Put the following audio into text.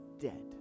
dead